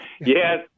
Yes